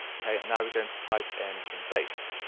okay, and now we're going to type in some bass.